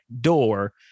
door